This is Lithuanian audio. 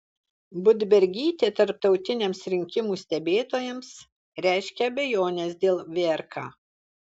budbergytė tarptautiniams rinkimų stebėtojams reiškia abejones dėl vrk